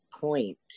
point